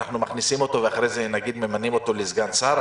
אנחנו מכניסים אותו ואחרי זה נגיד ממנים אותו לסגן שר,